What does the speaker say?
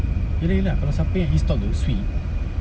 jadi lah kalau siapa yang install tu sweet